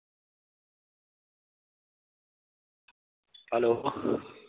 hello